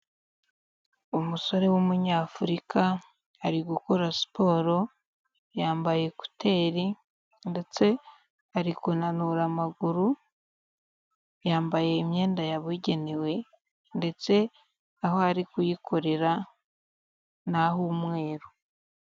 Umusore w'umunyafurika, ari gukora siporo yambaye ekuteri ndetse ari kunanura amaguru, yambaye imyenda yabugenewe ndetse aho ari kuyikorera ni ah'umweru.